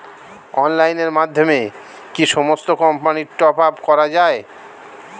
অনলাইনের মাধ্যমে কি সমস্ত কোম্পানির টপ আপ করা যায়?